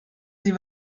sie